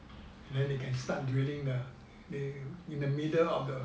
then you can start drilling the in the middle of the